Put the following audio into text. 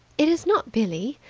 it is not billie,